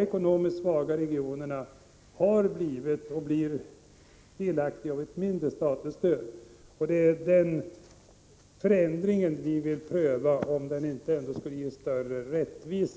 ekonomiskt svaga regionerna har blivit och blir delaktiga av ett mindre statligt stöd. Där vill vi pröva en förändring och se om den ändå inte skulle ge större rättvisa.